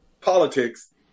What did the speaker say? politics